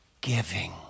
giving